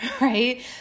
Right